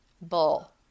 Bull